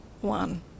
one